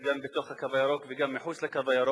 גם בתוך "הקו הירוק" וגם מחוץ ל"קו הירוק",